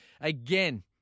again